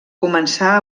començà